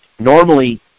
Normally